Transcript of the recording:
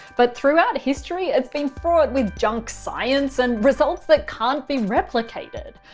but throughout history it's been fraught with junk science and results that can't be replicated.